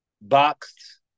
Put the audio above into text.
boxed